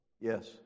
Yes